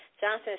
Johnson